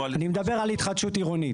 אני מדבר על התחדשות עירונית.